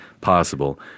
possible